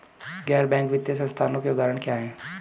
गैर बैंक वित्तीय संस्थानों के उदाहरण क्या हैं?